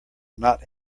not